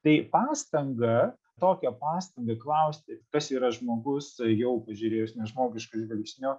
tai pastanga tokią pastangą klausti kas yra žmogus jau pažiūrėjus nežmogiškai žvilgsniu